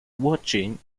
watching